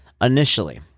initially